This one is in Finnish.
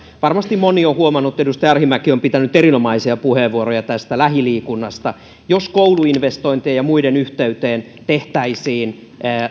varmasti moni on huomannut edustaja arhinmäki on pitänyt erinomaisia puheenvuoroja lähiliikunnasta että jos kouluinvestointien ja muiden yhteyteen tehtäisiin